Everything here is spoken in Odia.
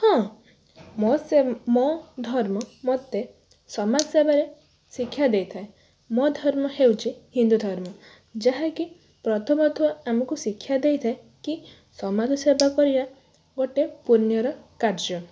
ହଁ ମୋ ସେ ମୋ ଧର୍ମ ମତେ ସମାଜ ସେବାରେ ଶିକ୍ଷା ଦେଇଥାଏ ମୋ ଧର୍ମ ହେଉଛି ହିନ୍ଦୁ ଧର୍ମ ଯାହାକି ପ୍ରଥମତଃ ଆମକୁ ଶିକ୍ଷା ଦେଇଥାଏ କି ସମାଜସେବା କରିବା ଗୋଟେ ପୁଣ୍ୟର କାର୍ଯ୍ୟ